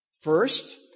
First